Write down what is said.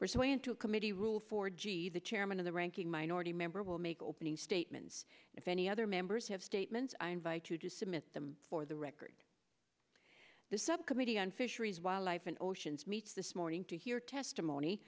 so into committee rules for g the chairman of the ranking minority member will make opening statements if any other members have statements i invite you to submit them for the record the subcommittee on fisheries wildlife and oceans meets this morning to hear testimony